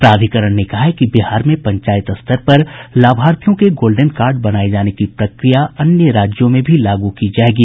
प्राधिकरण ने कहा है कि बिहार में पंचायत स्तर पर लाभार्थियों के गोल्डन कार्ड बनाये जाने की प्रक्रिया अन्य राज्यों में भी लागू की जायेगी